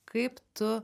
kaip tu